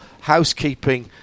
housekeeping